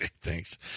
Thanks